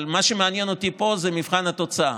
אבל מה שמעניין אותי פה זה מבחן התוצאה.